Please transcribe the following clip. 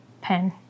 pen